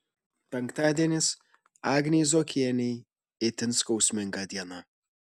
penktadienis agnei zuokienei itin skausminga diena